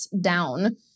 down